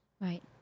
right